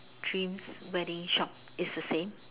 dreams wedding shop is the same